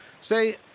say